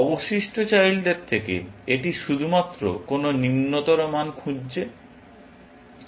অবশিষ্ট চাইল্ডদের থেকে এটি শুধুমাত্র কোনো নিম্নতর মান খুঁজছে